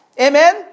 Amen